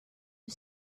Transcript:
you